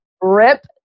RIP